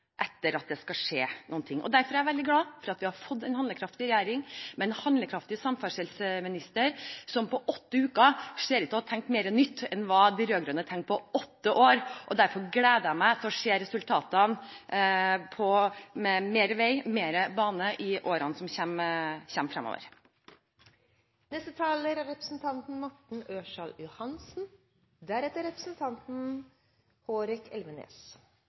etter at det skal skje noe. Derfor er jeg veldig glad for at vi har fått en handlekraftig regjering med en handlekraftig samferdselsminister som på åtte uker ser ut til å ha tenkt mer nytt enn hva de rød-grønne gjorde på åtte år, og derfor gleder jeg meg til å se resultatene fremover – med mer vei og mer bane i årene som kommer. Vi har et uttrykk på Toten – det heter å være frekkere enn flatlusa. Representanten